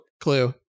Clue